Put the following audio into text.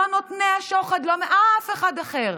לא נותני השוחד ולא אף אחד אחר,